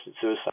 suicide